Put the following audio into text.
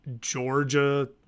Georgia